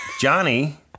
Johnny